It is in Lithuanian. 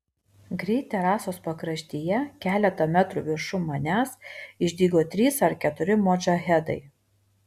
greit terasos pakraštyje keletą metrų viršum manęs išdygo trys ar keturi modžahedai